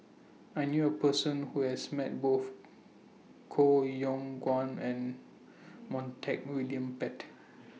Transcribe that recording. I knew A Person Who has Met Both Koh Yong Guan and Montague William Pett